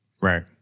right